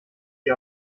ihr